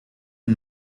een